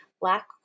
Black